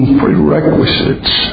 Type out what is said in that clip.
prerequisites